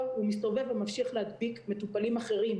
והוא מסתובב וממשיך להדביק מטופלים אחרים.